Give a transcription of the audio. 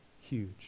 huge